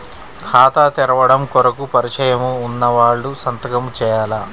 ఖాతా తెరవడం కొరకు పరిచయము వున్నవాళ్లు సంతకము చేయాలా?